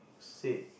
said